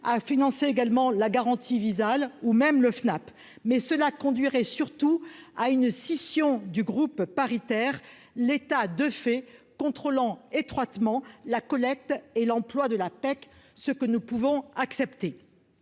à financer également la garantie Visale ou même le FNAP mais cela conduirait surtout à une scission du groupe paritaire l'état de fait, contrôlant étroitement la collecte et l'emploi de l'APEC, ce que nous pouvons accepter,